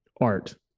art